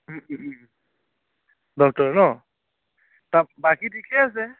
উম উম ডক্তৰ ন তাত বাকী ঠিকে আছে